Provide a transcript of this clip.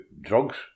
drugs